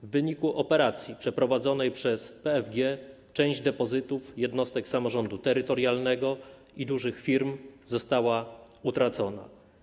W wyniku operacji przeprowadzonej przez BFG część depozytów jednostek samorządu terytorialnego i dużych firm została utracona.